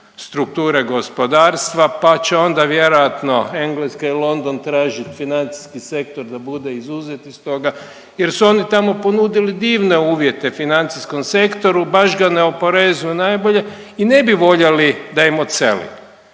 strukture gospodarstva pa će onda vjerojatno Engleska i London tražit financijski sektor da bude izuzet iz toga jer su oni tamo ponudili divne uvjete financijskom sektoru, baš ga ne oporezuju najbolje i ne bi voljeli da im odseli.